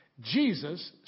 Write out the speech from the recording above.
Jesus